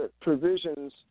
provisions